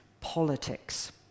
politics